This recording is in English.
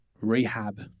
rehab